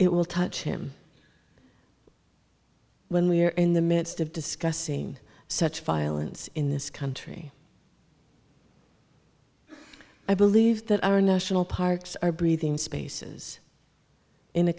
it will touch him when we're in the midst of discussing such violence in this country i believe that our national parks are breathing spaces in a